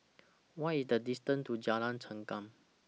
What IS The distance to Jalan Chengam